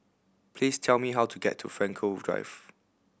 please tell me how to get to Frankel Drive